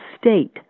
state